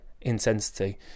intensity